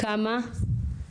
כמה?